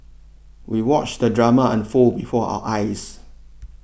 we watched the drama unfold before our eyes